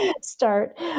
start